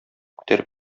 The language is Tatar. күтәреп